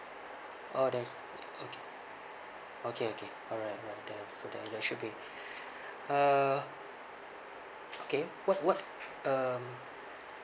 oh that's okay okay okay alright alright should be uh okay what what um